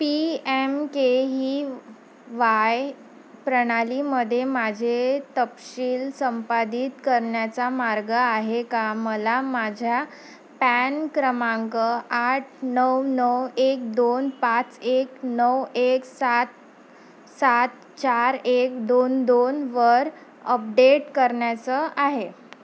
P M K V Y प्रणालीमध्ये माझे तपशील संपादित करण्याचा मार्ग आहे का मला माझ्या पॅन क्रमांक आठ नऊ नऊ एक दोन पाच एक नऊ एक सात सात चार एक दोन दोनवर अपडेट करायचा आहे